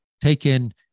taken